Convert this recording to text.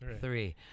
Three